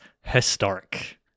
historic